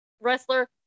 wrestler